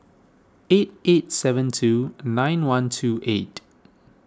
eight eight seven two nine one two eight